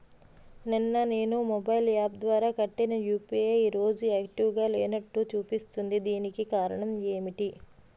నిన్న నేను mobile app ద్వారా కట్టిన యు.పి.ఐ ఈ రోజు యాక్టివ్ గా లేనట్టు చూపిస్తుంది దీనికి కారణం ఏమిటి?